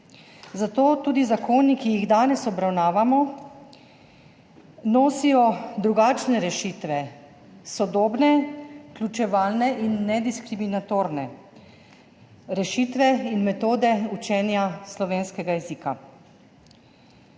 zato tudi zakoni, ki jih danes obravnavamo, nosijo drugačne rešitve, sodobne vključevalne in nediskriminatorne rešitve in metode učenja slovenskega jezika.